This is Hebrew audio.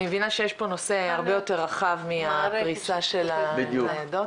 אני מבינה שיש פה נושא הרבה יותר רחב מהפריסה של הניידות.